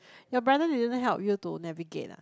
your brother didn't help you to navigate ah